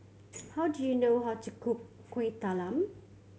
how do you know how to cook Kuih Talam